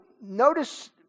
notice